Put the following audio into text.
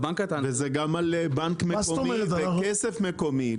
וזה גם על בנק מקומי וכסף מקומי,